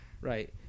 Right